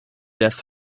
death